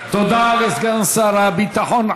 תודה לסגן שר הביטחון.